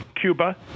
Cuba